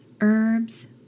herbs